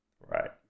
right